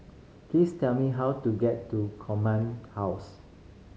please tell me how to get to Command House